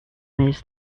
those